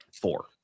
Four